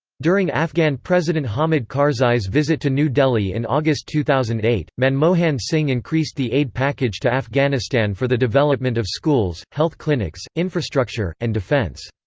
during afghan president hamid karzai's visit to new delhi in august two thousand and eight, manmohan singh increased the aid package to afghanistan for the development of schools, health clinics, infrastructure, and defence.